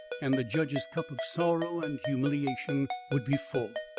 and the judge's cup of sorrow and humiliation would be full.